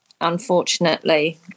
unfortunately